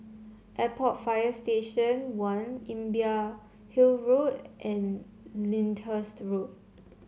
Airport Fire Station One Imbiah Hill Road and Lyndhurst Road